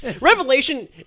Revelation